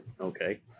Okay